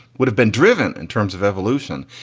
would have been driven in terms of evolution,